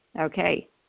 Okay